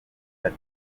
hato